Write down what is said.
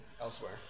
elsewhere